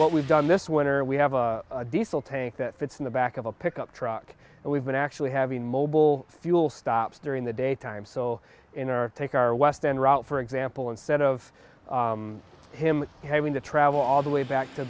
what we've done this winter we have a diesel tank that fits in the back of a pickup truck and we've been actually having mobile fuel stops during the daytime so in our take our west end route for example instead of him having to travel all the way back to